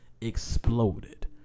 exploded